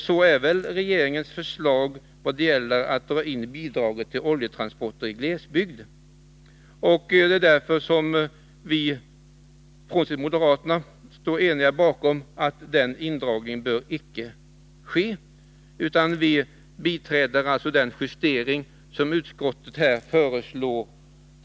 Så är fallet när det gäller regeringens förslag att dra in bidraget till oljetransporter i glesbygd. Det är därför som vi i utskottet, frånsett moderaterna, står eniga bakom hemställan att denna indragning icke bör ske. Vi biträder den justering som utskottet här föreslår.